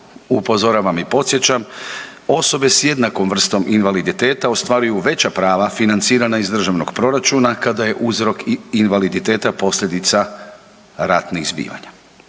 upozoravam i podsjećam osobe s jednakom vrstom invaliditeta ostvaruju veća prava financirana iz državnog proračuna kada je uzrok invaliditeta posljedica ratnih zbivanja.